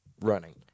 running